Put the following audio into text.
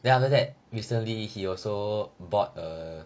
then after that recently he also bought a